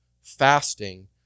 fasting